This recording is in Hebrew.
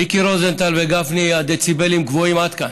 מיקי רוזנטל וגפני, הדציבלים גבוהים, עד כאן.